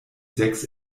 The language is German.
sechs